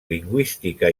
lingüística